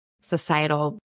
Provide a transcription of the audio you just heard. societal